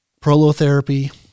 prolotherapy